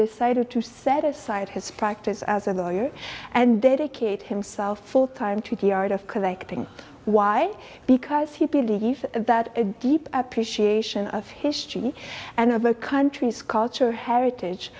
decided to set aside his practice as a lawyer and dedicate himself full time to the art of collecting why because he believed that a deep appreciation of history and of a country's culture heritage